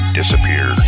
disappear